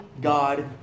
God